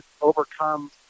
overcome